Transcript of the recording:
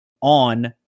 on